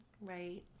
right